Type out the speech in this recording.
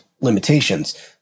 limitations